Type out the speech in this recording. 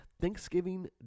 Thanksgiving